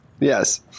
Yes